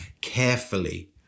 carefully